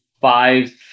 five